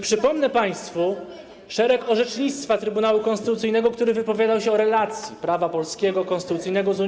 Przypomnę państwu szereg orzeczeń Trybunału Konstytucyjnego, który wypowiadał się o relacji prawa polskiego, konstytucyjnego, z unijnym.